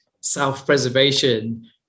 self-preservation